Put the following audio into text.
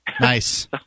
Nice